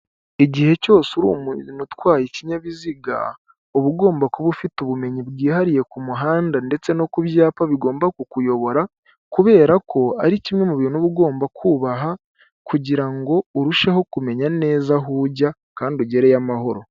Igihe cyose uri umuntu utwaye ikinyabiziga uba ugomba kuba ufite ubumenyi bwihariye ku muhanda ndetse no kubyapa bigomba kukuyobora, kubera ko ari kimwe mu bintu uba ugomba kubaha, kugira ngo urusheho kumenya neza aho ujya kandi ugereye amahoro.